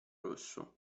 rosso